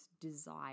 desire